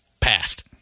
passed